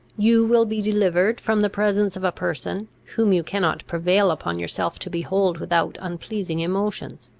you will be delivered from the presence of a person, whom you cannot prevail upon yourself to behold without unpleasing emotions.